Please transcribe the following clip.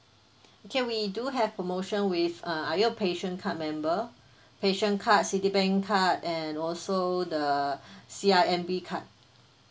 okay we do have promotion with uh are you a passion card member passion card citibank card and also the C_I_M_B card